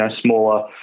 smaller